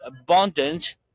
abundant